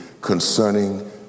Concerning